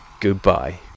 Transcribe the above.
Goodbye